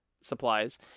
supplies